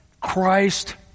Christ